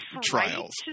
trials